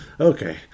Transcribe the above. Okay